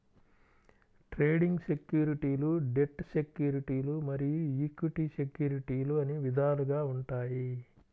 trading సెక్యూరిటీలు debt సెక్యూరిటీలు మరియు ఈక్విటీ సెక్యూరిటీలు అని విధాలుగా ఉంటాయి